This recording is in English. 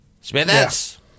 smithers